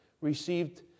received